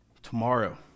tomorrow